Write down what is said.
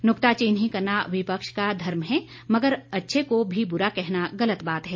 नुक्ताचीनी करना विपक्ष का धर्म है मगर अच्छे को भी बुरा कहना गलत बात है